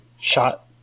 shot